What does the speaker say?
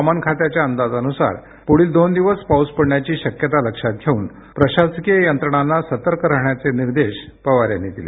हवामान खात्याच्या अंदाजानुसार पुढील दोन दिवस पाऊस पडण्याची शक्यता लक्षात घेऊन प्रशासकीय यंत्रणांना सतर्क राहण्याचे निर्देश पवार यांनी दिले